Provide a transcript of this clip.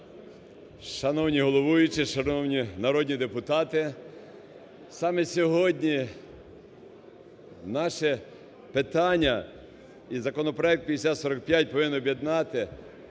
Шановний головуючий, шановні народні депутати, саме сьогодні наше питання і законопроект 5045 повинен об'єднати.